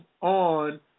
on